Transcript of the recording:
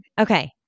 Okay